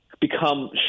become